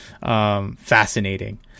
fascinating